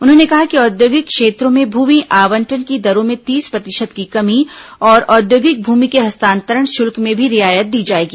उन्होंने कहा कि औद्योगिक क्षेत्रों में भूमि आवंटन की दरों में तीस प्रतिशत की कमी और औद्योगिक भूमि के हस्तांतरण शुल्क में भी रियायत दी जाएगी